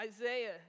Isaiah